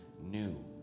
new